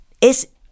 Es